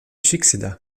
succéda